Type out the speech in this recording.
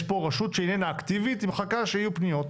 יש פה רשות שאיננה אקטיבית, היא מחכה שיהיו פניות,